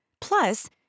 Plus